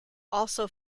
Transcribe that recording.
also